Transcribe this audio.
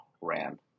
Rand